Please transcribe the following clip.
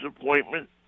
appointment